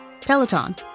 peloton